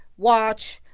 watch,